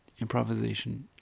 improvisation